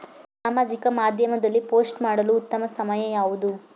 ಸಾಮಾಜಿಕ ಮಾಧ್ಯಮದಲ್ಲಿ ಪೋಸ್ಟ್ ಮಾಡಲು ಉತ್ತಮ ಸಮಯ ಯಾವುದು?